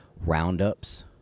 roundups